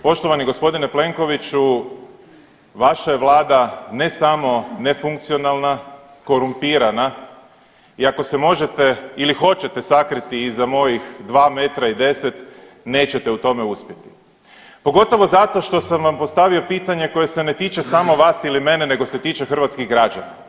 Poštovani gospodine Plenkoviću vaša je Vlada ne samo nefunkcionalna, korumpirana i ako se možete ili hoćete sakriti iz mojih 2 metra i 10 nećete u tome uspjeti pogotovo zato što sam vam postavio pitanje koje se ne tiče samo vas i mene, nego se tiče hrvatskih građana.